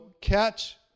catch